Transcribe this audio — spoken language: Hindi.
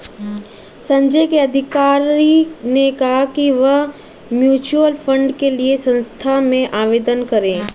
संजय के अधिकारी ने कहा कि वह म्यूच्यूअल फंड के लिए संस्था में आवेदन करें